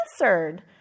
answered